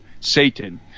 Satan